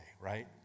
right